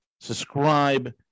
subscribe